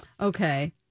Okay